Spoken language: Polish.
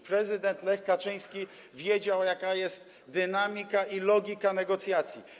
Prezydent Lech Kaczyński wiedział, jaka jest dynamika i logika negocjacji.